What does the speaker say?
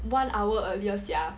one hour earlier sia